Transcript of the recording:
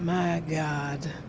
my god,